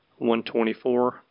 124